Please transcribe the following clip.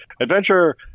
adventure